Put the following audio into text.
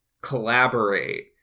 collaborate